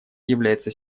является